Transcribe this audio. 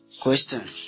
question